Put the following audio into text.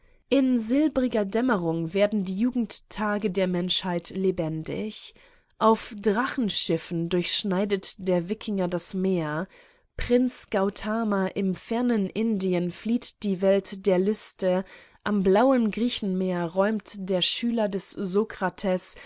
in silbriger dämmerung werden die jugendtage der menschheit lebendig auf drachenschiffen durchschneidet der wikinger das meer prinz gautama im fernen indien flieht die welt der lüste am blauen griechenmeer träumt der schüler des sokrates